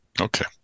Okay